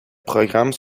programmes